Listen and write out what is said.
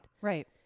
right